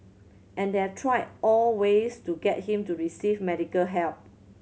and they have tried all ways to get him to receive medical help